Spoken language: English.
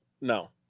No